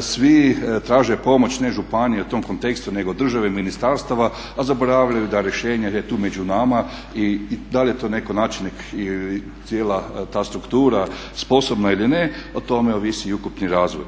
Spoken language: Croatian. svi traže pomoć ne županije u tom kontekstu nego države i ministarstava, a zaboravljaju da rješenje je tu među nama. I da li je tu neki načelnik i cijela ta struktura sposobna ili ne o tome ovisi i ukupni razvoj.